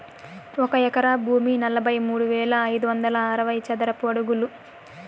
ఒక ఎకరా భూమి నలభై మూడు వేల ఐదు వందల అరవై చదరపు అడుగులు